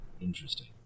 Interesting